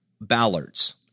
Ballard's